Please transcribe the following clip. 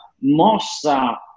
mossa